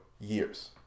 years